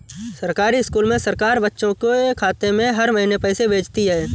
सरकारी स्कूल में सरकार बच्चों के खाते में हर महीने पैसे भेजती है